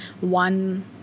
one